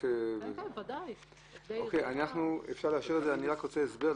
ברור שהכוונה היא שלא ישימו שלטים שמפריעים,